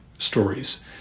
stories